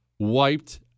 Wiped